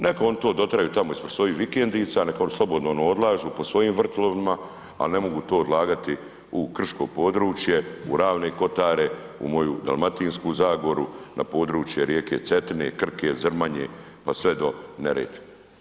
Neka oni to dotraju tamo ispred svojih vikendica, neka slobodno odlažu po svojim vrtovima ali ne mogu to odlagati u krško područje, u Ravne Kotare, u moju Dalmatinsku zagoru na područje rijeke Cetine, Krke, Zrmanje pa sve do Neretve.